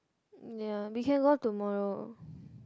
ya we can go tomorrow